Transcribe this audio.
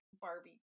Barbie